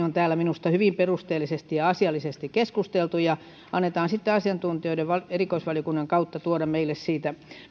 on täällä minusta hyvin perusteellisesti ja asiallisesti keskusteltu annetaan sitten asiantuntijoiden erikoisvaliokunnan kautta tuoda meille siitä